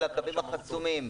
הקווים החסומים